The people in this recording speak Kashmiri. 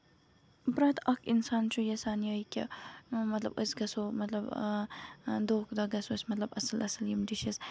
پرٮ۪تھ اکھ اِنسان چھُ یژھان یِہوے کہِ مطلب أسۍ گژھو مطلب دۄہ کھۄتہٕ دۄہ گژھو أسۍ مطلب اَصٕل اَصٕل یِم ڈِشٔز